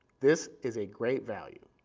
this is a great value.